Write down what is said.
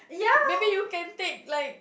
maybe you can take like